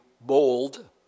bold